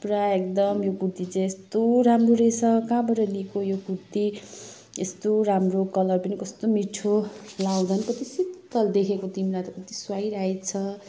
पुरा एकदम यो कुर्ती चाहिँ यस्तो राम्रो रहेछ कहाँबाट लिएको यो कुर्ती यस्तो राम्रो कलर पनि कस्तो मिठो लगाउँदा पनि कति शीतल देखेको तिमीलाई कति सुहाइरहेको छ